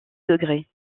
degré